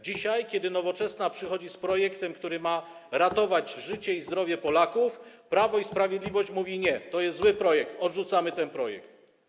Dzisiaj, kiedy Nowoczesna przychodzi z projektem, który ma ratować życie i zdrowie Polaków, Prawo i Sprawiedliwość mówi: nie, to jest zły projekt, odrzucamy ten projekt.